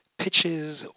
pitches